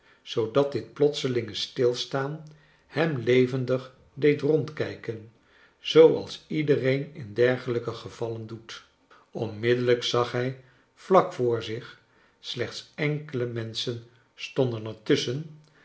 zoodat dit plotselinge stilstaan hem levendig deed rondkijken zooals iedereen in dergelijke gevallen doet onmiddellijk zag hij vlak voor zich slechts enkele menschen stonden er tusschen